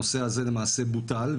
הנושא הזה למעשה בוטל,